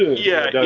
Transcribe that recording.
yeah.